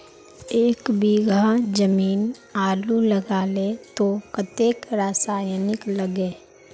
एक बीघा जमीन आलू लगाले तो कतेक रासायनिक लगे?